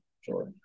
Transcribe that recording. Sure